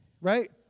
Right